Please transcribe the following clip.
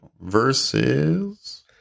Versus